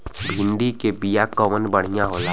भिंडी के बिया कवन बढ़ियां होला?